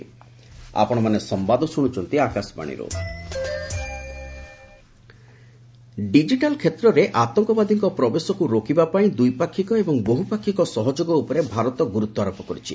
Jaishankar Paris digital କ୍ଷେତ୍ରରେ ଆତଙ୍କବାଦୀଙ୍କ ପ୍ରବେଶକୁ ରୋକିବା ପାଇଁ ଦ୍ୱିପାକ୍ଷିକ ଏବଂ ବହୁପାକ୍ଷିକ ସହଯୋଗ ଉପରେ ଭାରତ ଗୁରୁତ୍ୱାରୋପ କରିଛି